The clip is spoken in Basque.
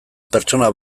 pertsona